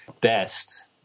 best